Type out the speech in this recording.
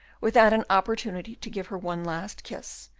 without an opportunity to give her one last kiss,